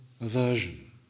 aversion